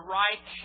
right